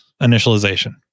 initialization